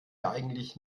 eigentlich